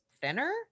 thinner